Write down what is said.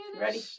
ready